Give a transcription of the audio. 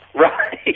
Right